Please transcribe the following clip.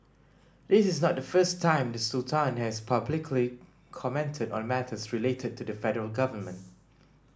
this is not the first time the Sultan has publicly commented on matters related to the federal government